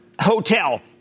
hotel